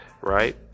right